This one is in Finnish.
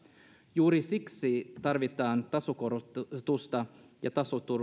juuri siksi tarvitaan tasokorotusta ja